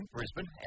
Brisbane